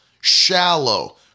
shallow